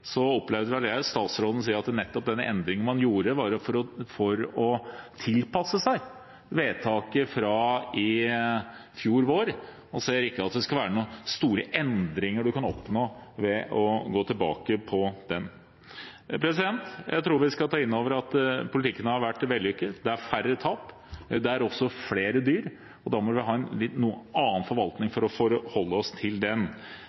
jeg at statsråden sier at denne endringen man gjorde, var nettopp for å tilpasse seg vedtaket fra i fjor vår. Han ser ikke at det skal være noen store endringer man kan oppnå ved å gå tilbake på den. Jeg tror vi skal ta inn over oss at politikken har vært vellykket. Det er færre tap. Det er også flere dyr, og da må vi ha en litt annen forvaltning for å forholde oss til den.